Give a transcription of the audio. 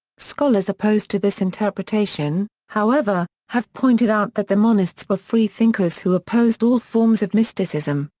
scholars opposed to this interpretation, however, have pointed out that the monists were freethinkers who opposed all forms of mysticism,